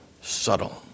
subtle